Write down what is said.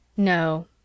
No